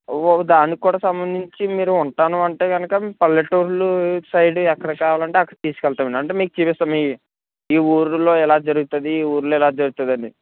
ఓ దానికి కూడా సంబంధించి మీరు ఉంటాను అంటే కనుక పల్లెటూరరు సైడ్ ఎక్కడ కావాలంటే అక్కడ తీసుకు వెళ్తామండి అంటే మీకు చూపిస్తామండి అంటే ఈ ఊళ్ళో జరుగుతుంది ఈ ఊళ్ళో ఎలా జరుగుతుంది అని